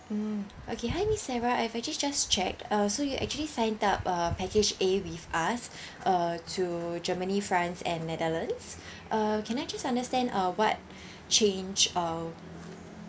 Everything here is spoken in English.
mm okay hi miss sarah I've actually just checked uh so you actually signed up uh package A with us uh to germany france and netherlands uh can I just understand uh what change of